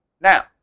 Now